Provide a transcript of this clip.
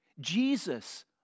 Jesus